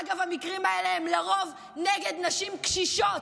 אגב, המקרים האלה הם לרוב נגד נשים קשישות.